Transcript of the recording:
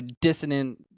dissonant